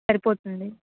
సరిపోతుంది